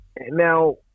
Now